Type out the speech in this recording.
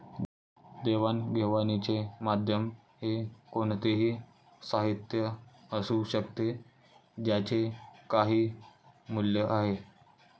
देवाणघेवाणीचे माध्यम हे कोणतेही साहित्य असू शकते ज्याचे काही मूल्य आहे